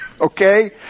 Okay